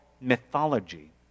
mythology